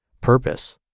purpose